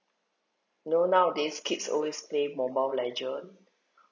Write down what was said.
you know nowadays kids always stay mobile legend